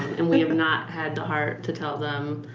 and we have not had the heart to tell them.